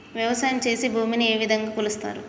వ్యవసాయం చేసి భూమిని ఏ విధంగా కొలుస్తారు?